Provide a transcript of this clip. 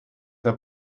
der